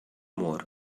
more